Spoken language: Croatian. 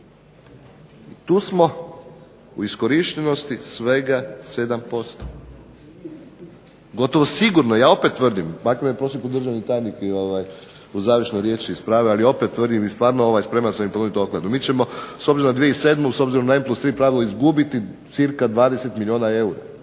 tu smo u iskorištenosti svega 7%. Gotovo sigurno, ja opet tvrdim, makar me prošli put državni tajnik u završnoj riječi ispravio, ali opet tvrdim i stvarno spreman sam i ponuditi okladu, mi ćemo s obzirom na 2007. s obzirom na N+3 pravilo izgubiti cca 20 milijuna eura,